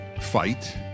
fight